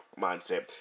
mindset